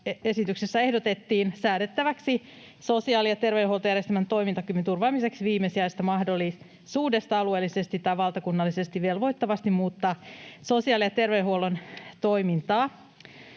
esityksessä ehdotettiin säädettäväksi sosiaali- ja terveydenhuoltojärjestelmän toimintakyvyn turvaamiseksi viimesijaisesta mahdollisuudesta alueellisesti tai valtakunnallisesti velvoittavasti muuttaa sosiaali- ja terveydenhuollon toimintaa.